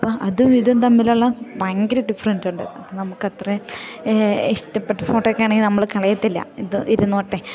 അപ്പം അതും ഇതും തമ്മിലുള്ള ഭയങ്കര ഡിഫറൻ്റുണ്ട് അപ്പം നമുക്കത്രയേ ഇഷ്ടപ്പെട്ട ഫോട്ടോയൊക്കെ ആണെങ്കിൽ നമ്മൾ കളയത്തില്ല ഇത് ഇരുന്നോട്ടേ